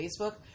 Facebook